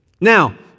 Now